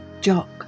Jock